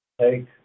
Take